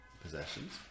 possessions